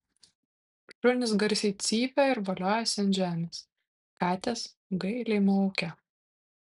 šunys garsiai cypia ir voliojasi ant žemės katės gailiai miaukia